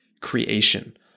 creation